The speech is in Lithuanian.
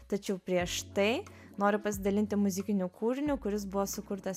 tačiau prieš tai noriu pasidalinti muzikiniu kūriniu kuris buvo sukurtas